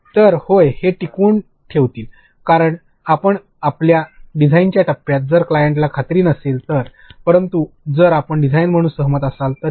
ते होय ते टिकवून ठेवतील कारण आपल्या डिझाइनच्या टप्प्यात जर क्लायंटला खात्री नसेल तर परंतु जर आपण डिझाइनर म्हणून सहमत असाल तर